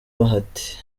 bahati